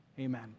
Amen